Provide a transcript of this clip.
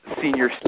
senior